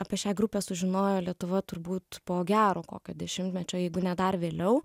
apie šią grupę sužinojo lietuva turbūt po gero kokio dešimtmečio jeigu ne dar vėliau